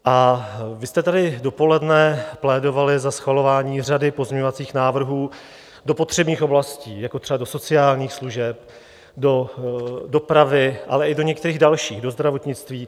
Vy jste tady dopoledne plédovali za schvalování řady pozměňovacích návrhů do potřebných oblastí, jako třeba do sociálních služeb, do dopravy, ale i do některých dalších, do zdravotnictví.